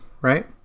right